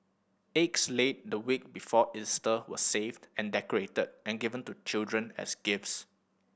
eggs laid the week before Easter were saved and decorated and given to children as gifts